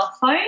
phone